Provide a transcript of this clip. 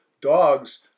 Dogs